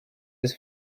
was